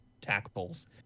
tackles